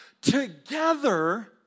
together